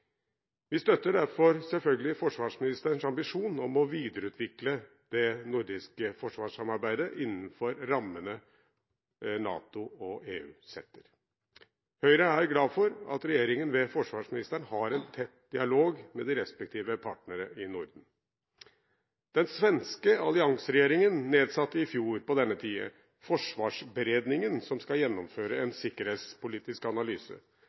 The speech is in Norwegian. Vi støtter derfor selvfølgelig forsvarsministerens ambisjon om å videreutvikle det nordiske forsvarssamarbeidet innenfor rammene NATO og EU setter. Høyre er glad for at regjeringen, ved forsvarsministeren, har en tett dialog med de respektive partnere i Norden. Den svenske allianseregjeringen nedsatte i fjor på denne tiden Försvarsberedningen, som skal gjennomføre en sikkerhetspolitisk analyse.